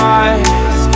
eyes